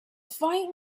fight